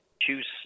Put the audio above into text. choose